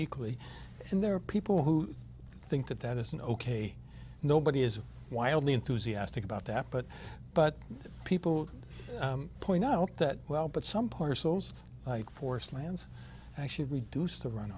equally and there are people who think that that is an ok nobody is wildly enthusiastic about that but but people point out that well but some parcels forest lands actually reduce the run